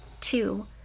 Two